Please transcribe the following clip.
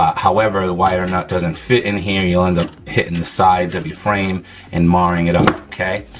however, the wider and nut doesn't fit in here, you'll end up hitting the sides of your frame and marring it up, okay?